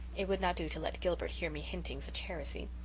it would not do to let gilbert hear me hinting such heresy.